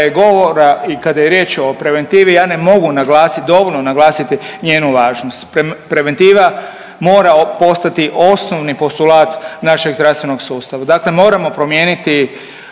govora i kada je riječ o preventivi ja ne mogu naglasiti dovoljno naglasiti njenu važnost. Preventiva mora postati osnovni postulat našeg zdravstvenog sustava. Dakle, moramo promijeniti